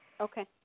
Okay